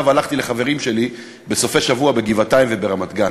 והלכתי בסופי-שבוע לחברים שלי בגבעתיים וברמת-גן.